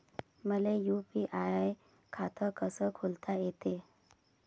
मले यू.पी.आय खातं कस खोलता येते?